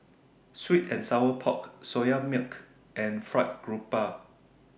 Sweet and Sour Pork Soya Milk and Fried Garoupa